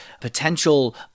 potential